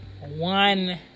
one